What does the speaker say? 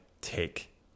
take